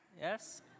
yes